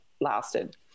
lasted